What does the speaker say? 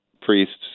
priests